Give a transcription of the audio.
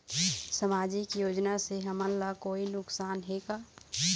सामाजिक योजना से हमन ला कोई नुकसान हे का?